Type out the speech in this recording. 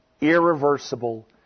irreversible